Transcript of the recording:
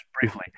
briefly